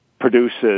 produces